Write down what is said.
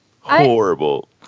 Horrible